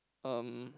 um